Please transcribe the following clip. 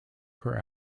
per